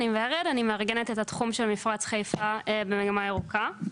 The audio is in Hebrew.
אני מארגנת את התחום של מפרץ חיפה במגמה ירוקה.